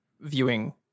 viewing